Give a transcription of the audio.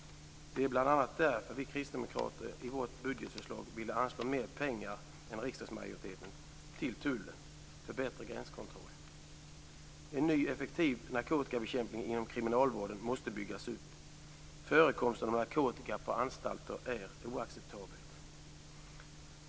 Det är bl.a. därför som vi kristdemokrater i vårt budgetförslag vill anslå mer pengar än riksdagsmajoriteten till tullen för en bättre gränskontroll. En ny effektiv narkotikabekämpning inom kriminalvården måste byggas upp. Förekomsten av narkotika på anstalter är oacceptabelt.